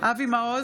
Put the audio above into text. אבי מעוז,